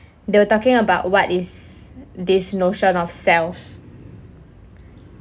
they were talking about what is this notion of self and I